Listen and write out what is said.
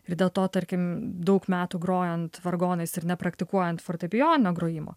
ir dėl to tarkim daug metų grojant vargonais ir nepraktikuojant fortepijono grojimo